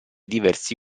diversi